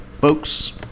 Folks